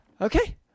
Okay